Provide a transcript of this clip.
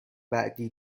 بعدی